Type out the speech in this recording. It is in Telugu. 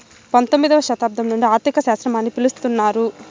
పంతొమ్మిదవ శతాబ్దం నుండి ఆర్థిక శాస్త్రం అని పిలుత్తున్నారు